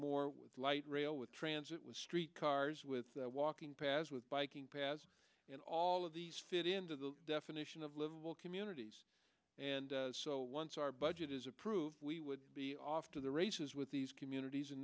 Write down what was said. more with light rail with transit with street cars with walking paths with biking paths and all of these fit into the definition of livable communities and so once our budget is approved we would be off to the races with these communities